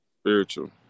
Spiritual